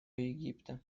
египта